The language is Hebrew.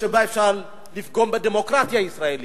שבה אפשר לפגום בדמוקרטיה הישראלית,